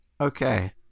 Okay